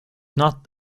not